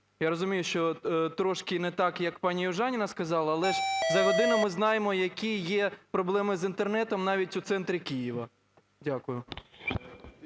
Я розумію, що трошки не так, як пані Южаніна сказала. Але ж за годину ми знаємо, які є проблеми з Інтернетом навіть у центрі Києва. Дякую.